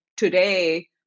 today